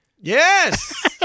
Yes